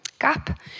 gap